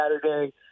Saturday